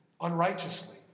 unrighteously